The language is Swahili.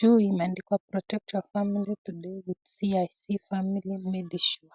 Juu imeandikwa "protect your family today with cic medish bank"